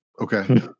Okay